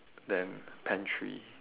then pantry